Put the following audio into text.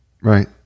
right